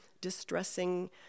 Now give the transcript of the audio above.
distressing